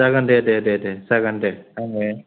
जागोन दे दे दे दे जागोन दे आङो